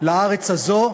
לארץ הזאת,